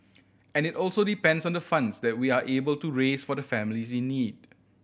and it also depends on the funds that we are able to raise for the families in need